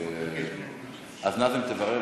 חברת